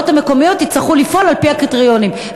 המקומיות יצטרכו לפעול על-פי הקריטריונים,